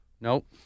Nope